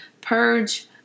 purge